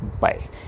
Bye